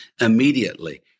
immediately